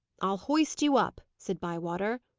i'll hoist you up, said bywater.